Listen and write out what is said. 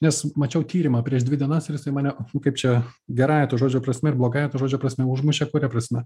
nes mačiau tyrimą prieš dvi dienas ir jisai mane kaip čia gerąja to žodžio prasme ir blogąja to žodžio prasme užmušė kuria prasme